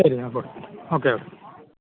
ശരി എന്നാൽ പോട്ടെ ഓക്കെ